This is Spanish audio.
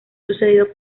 sucedido